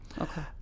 Okay